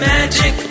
Magic